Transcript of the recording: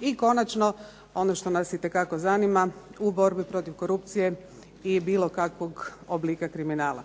I konačno ono što nas itekako zanima u borbi protiv korupcije i bilo kakvog oblika kriminala.